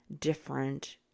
different